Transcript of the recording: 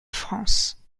france